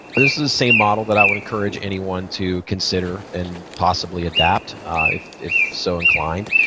this is the same model that i would encourage anyone to consider and possibly adapt if if so inclined.